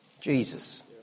Jesus